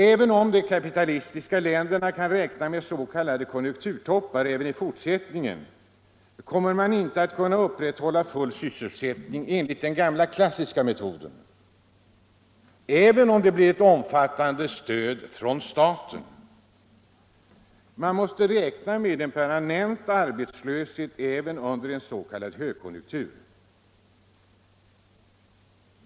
Även om de kapitalistiska länderna kan räkna med s.k. konjunkturtoppar också i fortsättningen, kommer man inte att kunna upprätthålla full sysselsättning enligt den gamla klassiska modellen ens med ett omfattande stöd från staten. Man måste räkna med en permanent arbetslöshet också under en s.k. högkonjunktur.